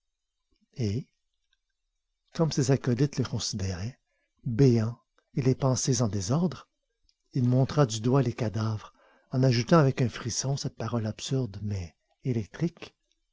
comme ses acolytes le considéraient béants et les pensers en désordre il montra du doigt les cadavres en ajoutant avec un frisson cette parole absurde mais électrique